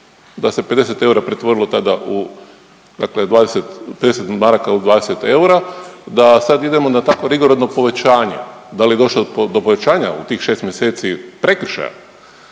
da se 50 eura pretvorilo tada u dakle 20, 50 maraka u 20 eura, da sad idemo na tako rigorozno povećanje? Da li je došlo do povećanja u tih 6 mjeseci prekršaja